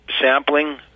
sampling